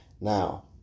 Now